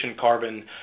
carbon